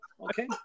Okay